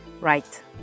Right